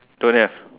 don't have